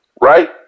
Right